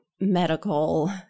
medical